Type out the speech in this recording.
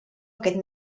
aquest